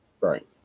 right